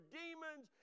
demons